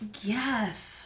yes